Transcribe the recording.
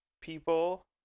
people